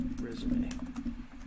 resume